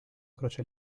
croce